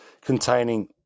containing